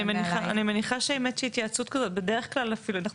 אני מניחה שאם יש התייעצות כזאת, בדרך כלל, אנחנו